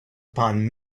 upon